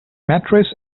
mattress